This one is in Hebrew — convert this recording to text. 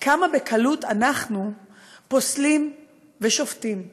כמה בקלות אנחנו פוסלים ושופטים,